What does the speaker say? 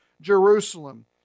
Jerusalem